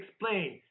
explain